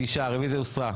9 נמנעים, אין לא אושר.